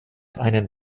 einen